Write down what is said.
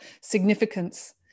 significance